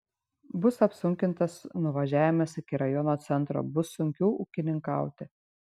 bus apsunkintas nuvažiavimas iki rajono centro bus sunkiau ūkininkauti